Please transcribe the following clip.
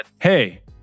hey